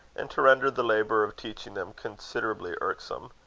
and to render the labour of teaching them considerably irksome.